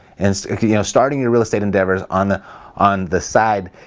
and so you know starting your real estate endeavors on the on the side,